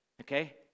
Okay